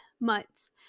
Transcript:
months